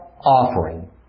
offering